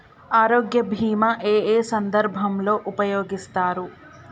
ఆరోగ్య బీమా ఏ ఏ సందర్భంలో ఉపయోగిస్తారు?